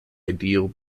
ideal